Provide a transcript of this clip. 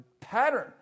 pattern